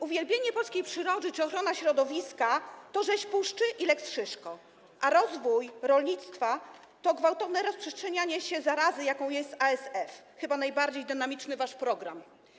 Uwielbienie dla polskiej przyrody czy ochrona środowiska to rzeź puszczy i lex Szyszko, a rozwój rolnictwa to gwałtowne rozprzestrzenianie się zarazy, jaką jest ASF, chyba najbardziej dynamiczny wasz program.